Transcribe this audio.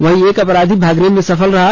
वहीं एक अपराधी भागने में सफल रहा